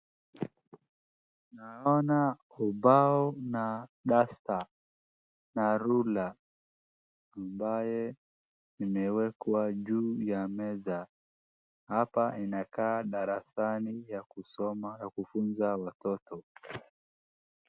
Naona ubao na duster na ruler ambaye imewekwa juu ya meza. Hapa inaeka darasani ya kusoma ya kufunza watoto.